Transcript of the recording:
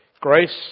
Grace